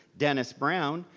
dennis brown,